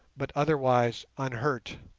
but otherwise unhurt.